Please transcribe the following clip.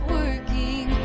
working